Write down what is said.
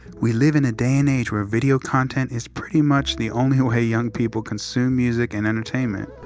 we live in a day and age where video content is pretty much the only way young people consume music and entertainment.